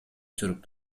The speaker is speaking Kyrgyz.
сүрүп